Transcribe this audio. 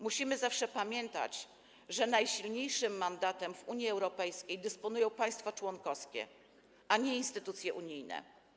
Musimy zawsze pamiętać, że najsilniejszym mandatem w Unii Europejskiej dysponują państwa członkowskie, a nie instytucje unijne.